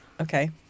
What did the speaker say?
Okay